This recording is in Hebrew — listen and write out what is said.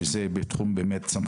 שזה באמת בתחום סמכותו.